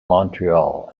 montreal